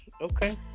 okay